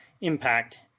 impact